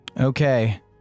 okay